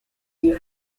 you